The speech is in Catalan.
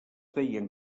deien